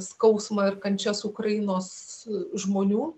skausmą ir kančias ukrainos žmonių